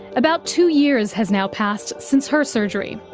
about two years has now passed since her surgery.